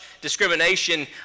discrimination